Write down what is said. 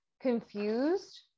confused